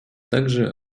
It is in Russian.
также